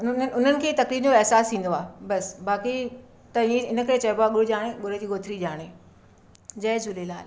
उन्हनि खे तकलीनि जो अहसासु थींदो बसि बाक़ी त हे हिन खे चइबो आहे गुड़ जाने गुड़ जी गोथरी जाने जय झूलेलाल